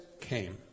came